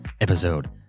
episode